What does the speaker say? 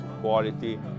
quality